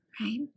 Right